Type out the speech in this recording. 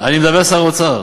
אני מדבר לשר האוצר.